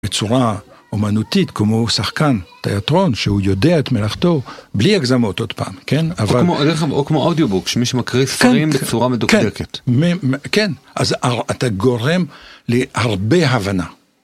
בצורה אומנותית כמו שחקן תיאטרון שהוא יודע את מלאכתו בלי הגזמות. עוד פעם, כן? אבל כמו או כמו אודיובוק שמי שמקריא ספרים בצורה מדוקדקת. כן, אז אתה גורם להרבה הבנה.